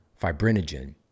fibrinogen